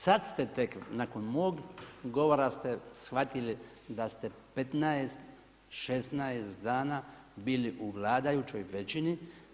Sada ste tek, nakon mog govora ste shvatili da ste 15, 16 dana bili u vladajućoj većini.